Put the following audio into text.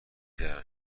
کردم